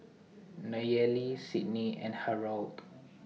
Nayeli Sidney and Harrold